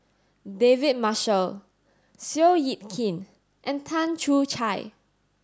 David Marshall Seow Yit Kin and Tan Choo